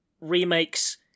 remakes